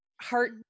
heart